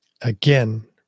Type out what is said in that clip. again